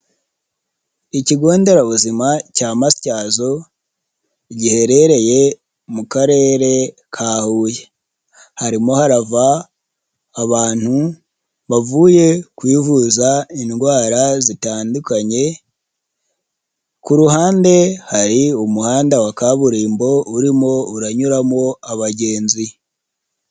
Ikigonderabuzima cya Matyazo, giherereye mu karere ka Huye, harimo harava abantu bavuye ku ivuza indwara zitandukanye, ku ruhande, hari umuhanda wa kaburimbo urimo uranyuramo abagenzi.